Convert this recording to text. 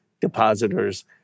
depositors